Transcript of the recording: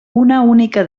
única